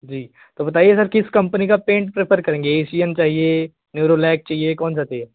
जी तो बताइए सर किस कंपनी का पेंट प्रिफर करेंगे एसियन चाहिए नेरोलेक चाहिए कौनसा चाहिए